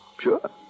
Sure